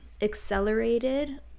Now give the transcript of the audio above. accelerated